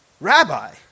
Rabbi